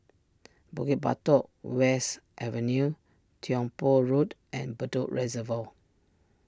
Bukit Batok West Avenue Tiong Poh Road and Bedok Reservoir